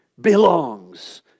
belongs